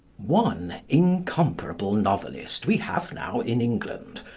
one incomparable novelist we have now in england,